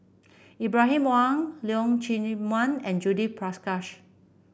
Ibrahim Awang Leong Chee Mun and Judith Prakash